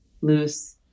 loose